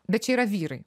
bet čia yra vyrai